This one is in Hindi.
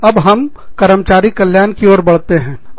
अब हम कर्मचारी कल्याण की ओर बढते हैं